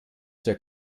der